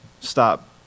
stop